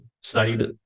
studied